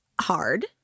hard